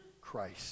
Christ